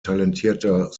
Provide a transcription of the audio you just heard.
talentierter